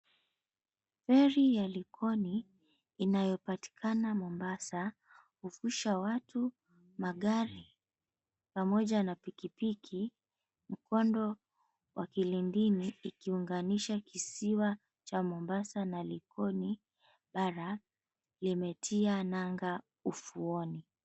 Feri ya likoni inayopatikana mombasa kuvusha watu, magari pamoja na pikipiki, mkondo wa kilindini ikiunganisha kisiwa cha mombasa na likoni bara limetia nanga ufuoni.